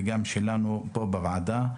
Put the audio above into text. וגם שלנו פה בוועדה,